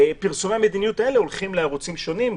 פרסומי המדיניות האלה הולכים לערוצים שונים,